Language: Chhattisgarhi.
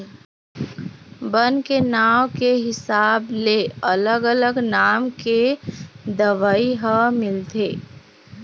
बन के नांव के हिसाब ले अलग अलग नाम के दवई ह मिलथे